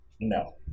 No